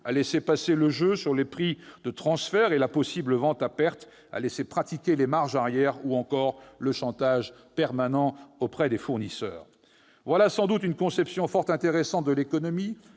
à laisser passer le jeu sur les prix de transfert et la possible vente à perte, à permettre la pratique des marges arrière ou encore du chantage permanent auprès des fournisseurs. Voilà sans doute une conception fort intéressante de l'économie